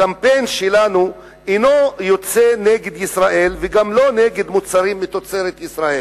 הקמפיין שלנו אינו יוצא נגד ישראל וגם לא נגד מוצרים מתוצרת ישראל.